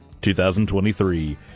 2023